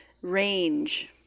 range